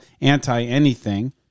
anti-anything